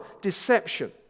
deception